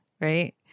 Right